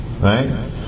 Right